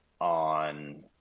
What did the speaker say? on